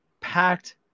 packed